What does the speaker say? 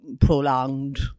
prolonged